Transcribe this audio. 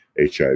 HIV